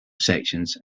sections